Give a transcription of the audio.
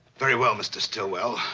very well, mr. stillwell,